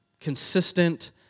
consistent